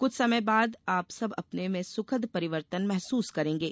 कुछ समय बाद आप सब अपने में सुखद परिवर्तन महसूस करेंगे